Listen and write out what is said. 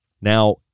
Now